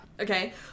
Okay